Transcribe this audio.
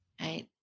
Right